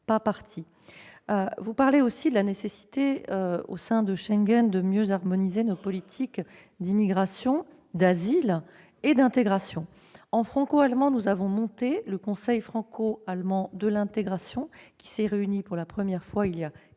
Vous avez aussi parlé de la nécessité, au sein de Schengen, de mieux harmoniser nos politiques d'immigration, d'asile et d'intégration. Côté franco-allemand, nous avons mis en place le conseil franco-allemand de l'intégration, qui s'est réuni pour la première fois il y a